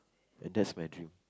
that's my dream